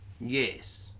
Yes